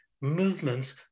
Movements